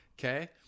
Okay